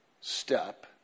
step